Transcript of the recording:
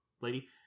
lady